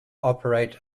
operate